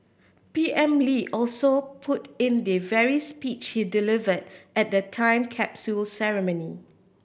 P M Lee also put in the very speech he delivered at the time capsule ceremony